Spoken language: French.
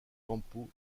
campo